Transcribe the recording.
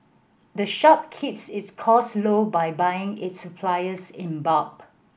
the shop keeps its costs low by buying its supplies in bulk